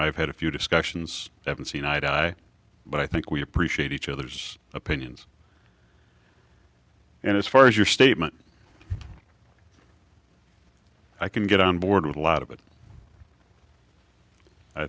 have had a few discussions haven't seen eye to eye but i think we appreciate each other's opinions and as far as your statement i can get on board with a lot of it i